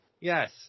Yes